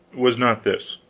was not this,